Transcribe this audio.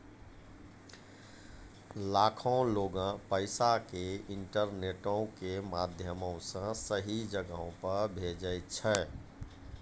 लाखो लोगें पैसा के इंटरनेटो के माध्यमो से सही जगहो पे भेजै छै